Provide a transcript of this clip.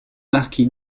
marquis